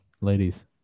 ladies